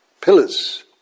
Pillars